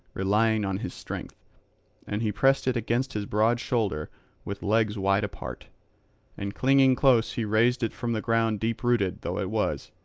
relying on his strength and he pressed it against his broad shoulder with legs wide apart and clinging close he raised it from the ground deep-rooted though it was,